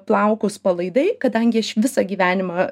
plaukus palaidai kadangi aš visą gyvenimą